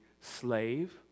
slave